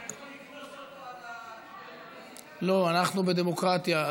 אתה יכול לקנוס אותו על, לא, אנחנו בדמוקרטיה.